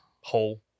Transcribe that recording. hole